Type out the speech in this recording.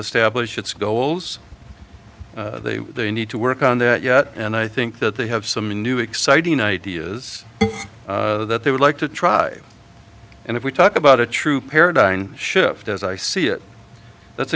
establish its goals they need to work on that yet and i think that they have some new exciting ideas that they would like to try and if we talk about a true paradine shift as i see it that's